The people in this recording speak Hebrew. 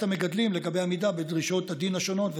המגדלים לגבי עמידה בדרישות הדין השונות.